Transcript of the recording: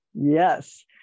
Yes